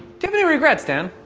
do and regrets, dan?